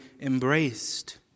embraced